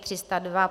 302